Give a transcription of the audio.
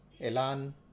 Elan